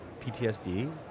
PTSD